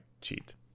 cheat